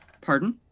pardon